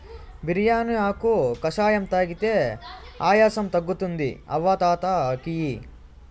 బిర్యానీ ఆకు కషాయం తాగితే ఆయాసం తగ్గుతుంది అవ్వ తాత కియి